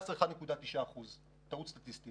ב-2014 אתה רואה 1.9%. טעות סטטיסטית.